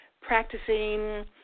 practicing